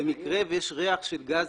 במקרה שיש ריח של גז